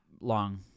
long